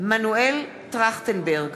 מנואל טרכטנברג,